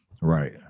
right